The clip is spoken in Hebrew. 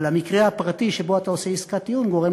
אבל המקרה הפרטי שבו אתה עושה עסקת טיעון גורם